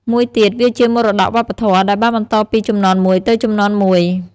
មួយទៀត វាជាមរតកវប្បធម៌ ដែលបានបន្តពីជំនាន់មួយទៅជំនាន់មួយ។